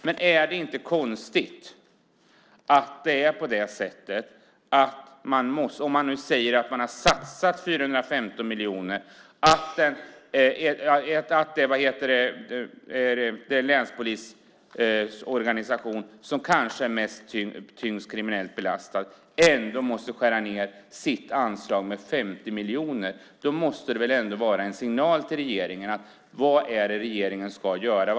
Men är det inte konstigt, om man nu säger att man har satsat 415 miljoner, att det är länspolisorganisationen, som kanske har den tyngsta arbetsbördan när det gäller kriminell belastning, som måste skära ned sitt anslag med 50 miljoner. Det måste väl ändå vara en signal till regeringen. Vad är det regeringen ska göra?